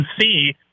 see